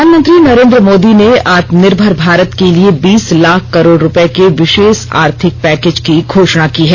प्रधानमंत्री नरेन्द्र मोदी ने आत्मनिर्भर भारत के लिए बीस लाख करोड़ रुपये के विशेष आर्थिक पैकेज की घोषणा की है